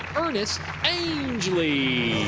ernest angley!